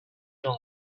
政府